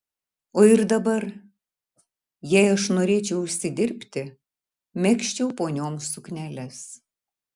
o ir dabar jei aš norėčiau užsidirbti megzčiau ponioms sukneles